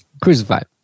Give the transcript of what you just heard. Crucified